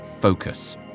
focus